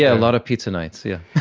yeah a lot of pizza nights, yeah